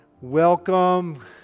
welcome